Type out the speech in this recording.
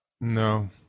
No